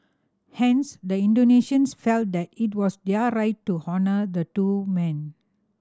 hence the Indonesians felt that it was their right to honour the two men